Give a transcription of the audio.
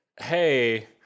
hey